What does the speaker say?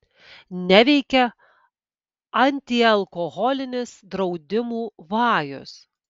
neveikia antialkoholinis draudimų vajus